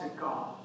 God